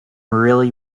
really